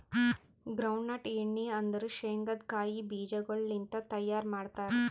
ground nut ಎಣ್ಣಿ ಅಂದುರ್ ಶೇಂಗದ್ ಕಾಯಿ ಬೀಜಗೊಳ್ ಲಿಂತ್ ತೈಯಾರ್ ಮಾಡ್ತಾರ್